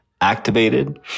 activated